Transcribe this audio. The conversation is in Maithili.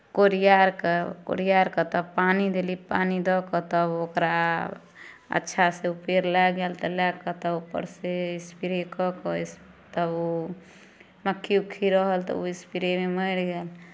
कोरिआ अरके कोरिया अरके तब पानि देली पानि दऽ कऽ तब ओकरा अच्छासँ ओ पेड़ लागि गेल तऽ लए कऽ तऽ ऊपर सँ स्प्रे कऽ कऽ तब ओ मक्खी उक्खी रहल तऽ ओ स्प्रेमे मरि गेल